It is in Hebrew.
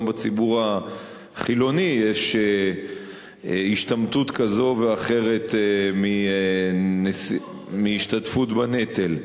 גם בציבור החילוני יש השתמטות כזאת ואחרת מהשתתפות בנטל.